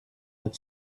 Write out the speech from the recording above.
had